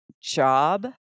job